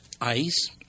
Ice